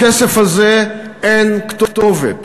לכסף הזה אין כתובת